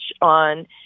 on